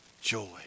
joy